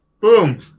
Boom